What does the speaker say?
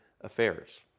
affairs